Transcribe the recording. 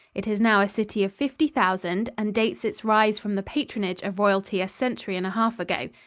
it is now a city of fifty thousand and dates its rise from the patronage of royalty a century and a half ago.